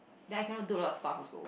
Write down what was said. then I cannot do a lot of stuff also